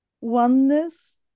oneness